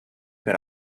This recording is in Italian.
per